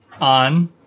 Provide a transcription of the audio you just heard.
on